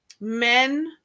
Men